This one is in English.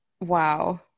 wow